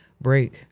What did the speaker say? break